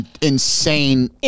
insane